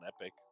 epic